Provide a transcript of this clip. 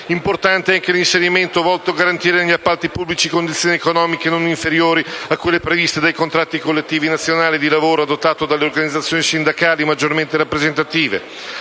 Importante è anche l'inserimento volto a «garantire, negli appalti pubblici, condizioni economiche non inferiori a quelle previste dai contratti collettivi nazionali di lavoro adottati dalle organizzazioni sindacali maggiormente rappresentative».